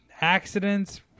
accidents